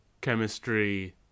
chemistry